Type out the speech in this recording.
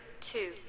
two